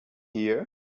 here